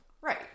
Right